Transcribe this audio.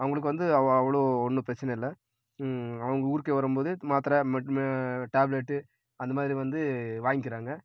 அவங்களுக்கு வந்து அவ் அவ்வளோ ஒன்றும் பிரச்சனை இல்லை அவங்க ஊருக்கே வரும்போது மாத்தரை மெட் டேப்லெட்டு அந்தமாதிரி வந்து வாங்கிக்கிறாங்கள்